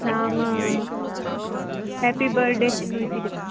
नाम happy birthday Chinnu इति लिखन्तु